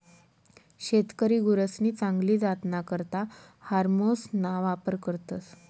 शेतकरी गुरसनी चांगली जातना करता हार्मोन्सना वापर करतस